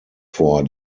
vor